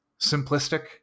simplistic